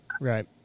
Right